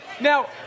Now